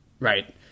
Right